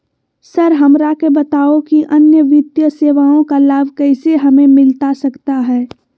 Sir हमरा के बताओ कि अन्य वित्तीय सेवाओं का लाभ कैसे हमें मिलता सकता है?